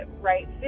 right